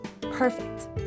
perfect